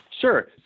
Sure